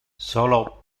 solo